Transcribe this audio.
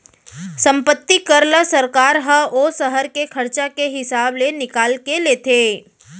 संपत्ति कर ल सरकार ह ओ सहर के खरचा के हिसाब ले निकाल के लेथे